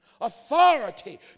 Authority